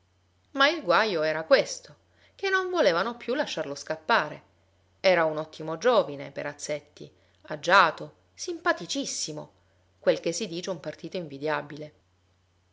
ma il guajo era questo che non volevano più lasciarlo scappare era un ottimo giovine perazzetti agiato simpaticissimo quel che si dice un partito invidiabile